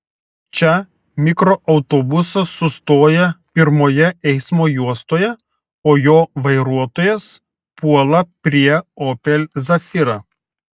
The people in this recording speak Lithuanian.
čia mikroautobusas sustoja pirmojoje eismo juostoje o jo vairuotojas puola prie opel zafira